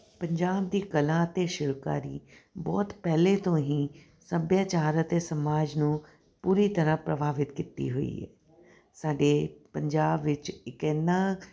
ਪੰਜਾਬ ਦੀ ਕਲਾ ਅਤੇ ਸ਼ਿਲਪਕਾਰੀ ਬਹੁਤ ਪਹਿਲੇ ਤੋਂ ਹੀ ਸੱਭਿਆਚਾਰ ਅਤੇ ਸਮਾਜ ਨੂੰ ਪੂਰੀ ਤਰ੍ਹਾਂ ਪ੍ਰਭਾਵਿਤ ਕੀਤੀ ਹੋਈ ਹੈ ਸਾਡੇ ਪੰਜਾਬ ਵਿਚ ਇੱਕ ਐਨਾ